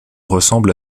ressemble